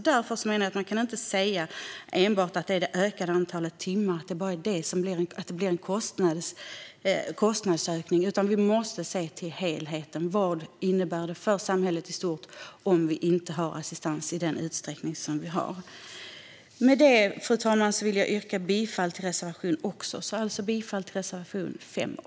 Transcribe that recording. Därför menar jag att vi inte kan säga att det ökade antalet timmar enbart blir en kostnadsökning, utan vi måste se till helheten. Vad skulle det innebära för samhället i stort om vi inte skulle ha assistans i den utsträckning som vi har? Med detta, fru talman, vill jag yrka bifall även till reservation 7. Jag yrkar alltså bifall till reservationerna 5 och 7.